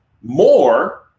more